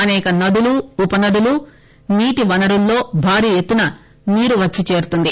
అసేక నదులు ఉపనదులు నీటివనరుల్లో భారీ ఎత్తున నీరువచ్చి చేరుతుంది